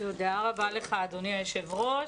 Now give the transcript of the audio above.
תודה רבה לך אדוני היושב-ראש.